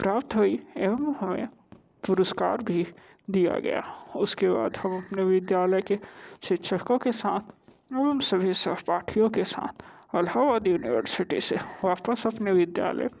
प्राप्त हुई एवं हमें पुरस्कार भी दिया गया उसके बाद हम अपने विद्यालय के शिक्षकों के साथ एवं सभी सहपाठियों के साथ इलाहाबाद यूनिवर्सिटी से वापस अपने विद्यालय